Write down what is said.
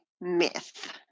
myth